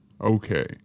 Okay